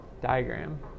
diagram